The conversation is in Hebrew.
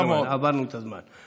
חבר הכנסת ליברמן, עברנו את הזמן.